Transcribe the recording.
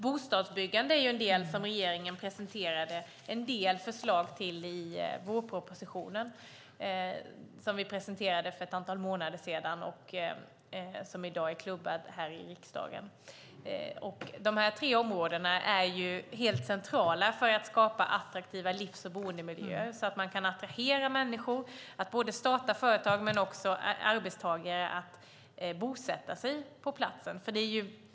Bostadsbyggande är något som regeringen presenterade en del förslag till i vårpropositionen för ett antal månader sedan som i dag är klubbad här i riksdagen. De tre områdena är helt centrala för att skapa attraktiva livs och boendemiljöer så att man kan attrahera människor att starta företag och arbetstagare att bosätta sig på platsen.